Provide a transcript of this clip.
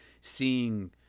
seeing